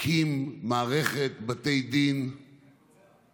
הקים מערכת בתי דין רחבה,